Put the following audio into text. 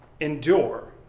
endure